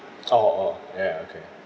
oh oh ya okay